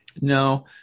No